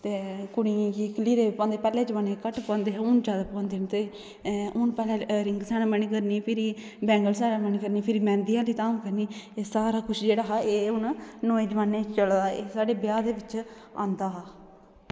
ते कुड़ियें गी कलीरे पोआंदे पैह्ले जमान्नै च घट्ट पोआंदे हून ज्यादा पोआंदे ते हून पैह्लें रिंग सेरेमनी करनी फिरी बैंगल सेरेमनी करनी फिरी मैंह्दी आह्ली धाम करनी एह् सारा कुछ जेह्ड़ा हा एह् हून नमें जमान्ने च चलै दा एह् साढ़े ब्याह् दे बिच्च आंदा हा